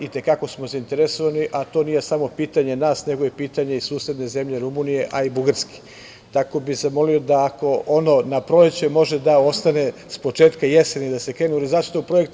I te kako smo zainteresovani, a to nije samo pitanje nas, nego i pitanje susedne zemlje Rumunije, a i Bugarske, tako da bih zamolio da ako ono na proleće, može da ostane s početka jeseni da se krene u realizaciju projekta.